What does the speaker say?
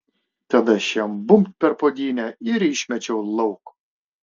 tada aš jam bumbt per puodynę ir išmečiau lauk